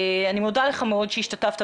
אני מודה לך מאוד שהשתתפת,